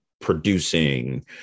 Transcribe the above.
producing